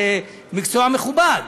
זה מקצוע מכובד,